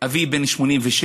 אבי בן 86,